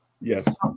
yes